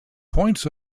points